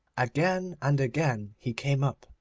again and again he came up,